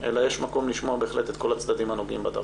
אלא יש מקום לשמוע את כל הצדדים הנוגעים בדבר.